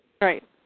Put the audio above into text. Right